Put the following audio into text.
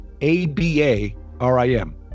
A-B-A-R-I-M